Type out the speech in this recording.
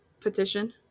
Petition